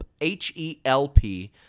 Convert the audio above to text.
H-E-L-P